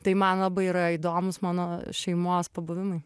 tai man labai yra įdomūs mano šeimos pabuvimai